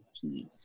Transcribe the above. Peace